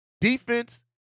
defense